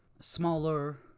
Smaller